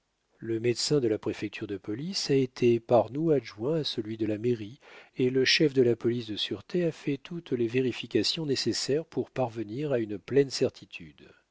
le médecin de la préfecture de police a été par nous adjoint à celui de la mairie et le chef de la police de sûreté a fait toutes les vérifications nécessaires pour parvenir à une pleine certitude